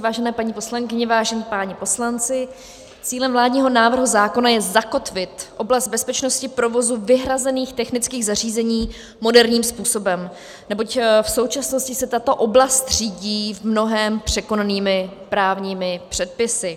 Vážené paní poslankyně, vážení páni poslanci, cílem vládního návrhu zákona je zakotvit oblast bezpečnosti provozu vyhrazených technických zařízení moderním způsobem, neboť v současnosti se tato oblast řídí v mnohém překonanými právními předpisy.